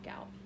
out